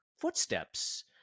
footsteps